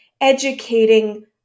educating